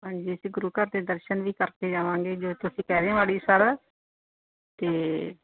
ਹਾਂਜੀ ਅਸੀਂ ਗੁਰੂ ਘਰ ਦੇ ਦਰਸ਼ਨ ਵੀ ਕਰਕੇ ਜਾਵਾਂਗੇ ਜੋ ਤੁਸੀਂ ਪਹਿਲੇ ਵਾਲੀ ਸਰ ਅਤੇ